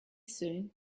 soon